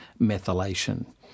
methylation